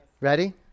Ready